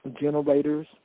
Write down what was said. generators